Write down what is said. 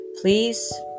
Please